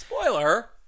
spoiler